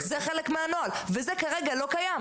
זה חלק מהנוהל, וזה כרגע לא קיים.